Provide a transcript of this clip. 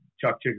chuck